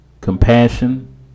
compassion